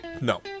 No